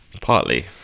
partly